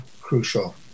crucial